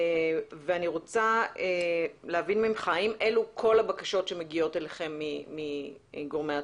ואני רוצה להבין ממך האם אלה כל הבקשות שמגיעות אליכם מגורמי הצבא.